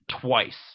twice